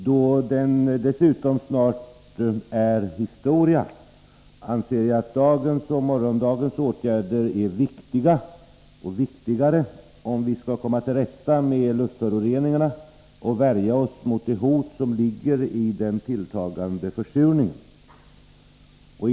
Då den dessutom snart är historia anser jag att dagens och morgondagens åtgärder är viktigare, om vi skall komma till rätta med luftföroreningarna och värja oss mot det hot som den tilltagande försurningen innebär.